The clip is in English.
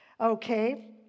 Okay